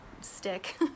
stick